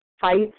fights